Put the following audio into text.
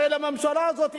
הרי הממשלה הזאת,